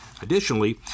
Additionally